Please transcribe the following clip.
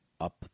up